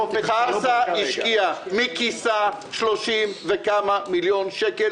חרסה השקיע מכיסו 30 וכמה מיליוני שקלים